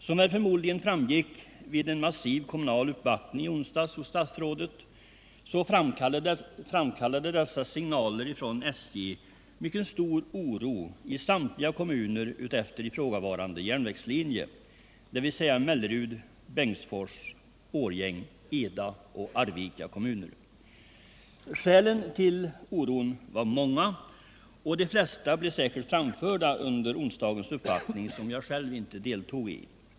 Som förmodligen framgick vid en massiv kommunal uppvaktning i onsdags hos statsrådet framkallade de ändringar som SJ signalerade mycket stor oro i samtliga kommuner utefter ifrågavarande järnvägslinje, dvs. Mellerud, Bengtsfors, Årjäng, Eda och Arvika. Skälen till oron var många och de flesta blev säkert framförda under onsdagens uppvaktning, som jag själv inte deltog i.